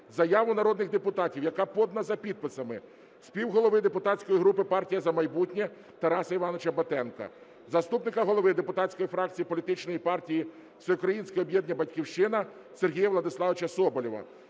заяву народних депутатів, яка подана за підписами співголови депутатської групи "Партія "За майбутнє" Тараса Івановича Батенка, заступника голови депутатської фракції політичної партії Всеукраїнське об'єднання "Батьківщина" Сергія Владиславовича Соболєва,